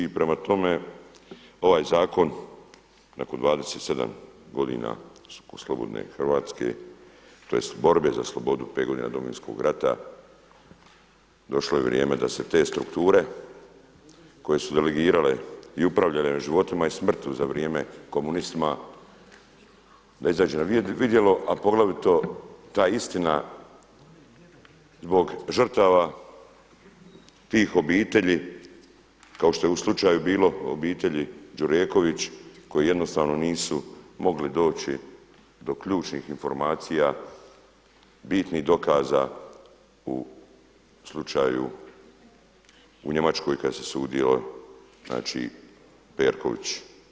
Prema tome, ovaj zakon nakon 27 godina slobodne Hrvatske tj. borbe za slobodu 5 godina Domovinskog rata došlo je vrijeme da se te strukture koje su delegirale i upravljale životima i smrti za vrijeme komunistima da izađe na vidjelo a poglavito ta istina zbog žrtava tih obitelji kao što je u slučaju bilo obitelji Đureković koji jednostavno nisu mogli doći do ključnih informacija, bitnih dokaza u slučaju u Njemačkoj kada se sudio znači Perković.